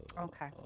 Okay